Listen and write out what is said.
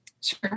Sure